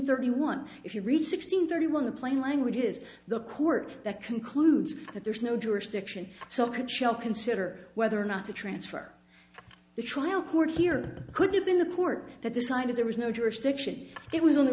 thirty one if you read sixteen thirty one the plain language is the court that concludes that there is no jurisdiction so shall consider whether or not to transfer the trial court here could have been the court that decided there was no jurisdiction it was on the